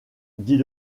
dit